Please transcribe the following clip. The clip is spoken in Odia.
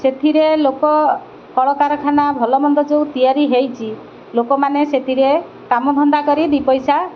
ସେଥିରେ ଲୋକ କଳକାରଖାନା ଭଲମନ୍ଦ ଯେଉଁ ତିଆରି ହେଇଛି ଲୋକମାନେ ସେଥିରେ କାମଧନ୍ଦା କରି ଦୁଇ ପଇସା